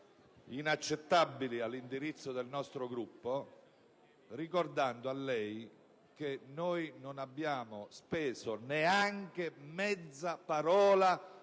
inaccettabili all'indirizzo del nostro Gruppo, ricordando a lei che noi non abbiamo speso neanche mezza parola